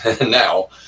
now